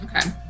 Okay